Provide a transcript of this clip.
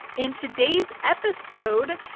in today's episode,